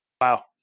wow